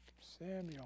Samuel